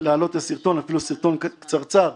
להעלות את הסרטון, אפילו סרטון קצרצר,